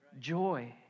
joy